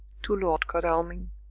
to lord godalming,